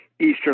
eastern